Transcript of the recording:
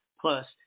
Plus